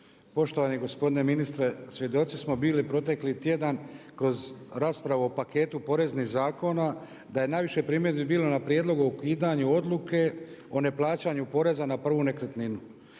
Poštovani gospodine ministre, svjedoci smo bili protekli tjedan kroz raspravu o paketu poreznih zakona da je najviše primjedbi bilo na prijedlog o ukidanju Odluke o neplaćanju poreza na prvu nekretninu,